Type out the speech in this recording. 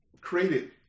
created